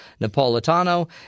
Napolitano